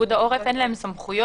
לפיקוד העורף אין סמכויות.